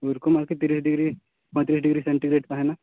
ᱚᱭᱨᱚᱠᱚᱢ ᱟᱨᱠᱤ ᱛᱤᱨᱤᱥ ᱰᱤᱜᱨᱤ ᱯᱚᱭᱛᱤᱨᱤᱥ ᱰᱤᱜᱨᱤ ᱥᱮᱱᱴᱤᱜᱨᱮᱰ ᱛᱟᱦᱮᱱᱟ